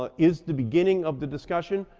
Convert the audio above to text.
ah is the beginning of the discussion,